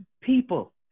people